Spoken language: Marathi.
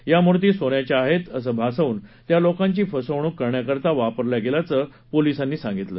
या मूर्ती सोन्याच्या आहत्तअसं भासवून त्या लोकांची फसवणूक करण्याकरता वापरल्या गखाचं पोलिसांनी सांगितलं